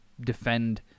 defend